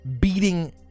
beating